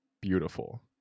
beautiful